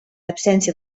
absència